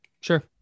sure